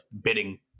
bidding